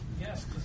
Yes